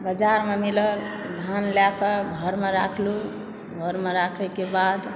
बाजारमे मिलल धान लएके घरमे राखलु घरमे राखयके बाद